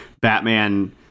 Batman